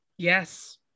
Yes